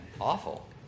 Awful